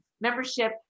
membership